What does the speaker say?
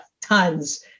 tons